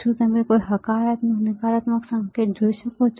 શું તમે કોઈ હકારાત્મક નકારાત્મક સંકેત જોઈ શકો છો